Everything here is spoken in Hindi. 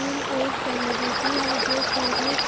डिल एक जड़ी बूटी है जो पूरे